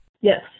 Yes